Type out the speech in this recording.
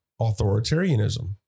authoritarianism